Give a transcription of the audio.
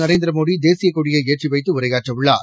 நரேந்திர மோடி தேசியக் கொடியை ஏற்றி வைத்து உரையாற்றவுள்ளார்